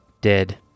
dead